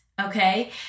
okay